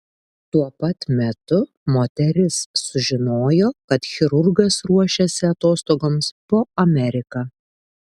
tuo pat metu moteris sužinojo kad chirurgas ruošiasi atostogoms po ameriką